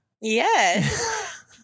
Yes